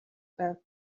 байв